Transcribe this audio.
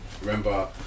Remember